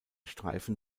streifen